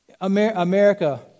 America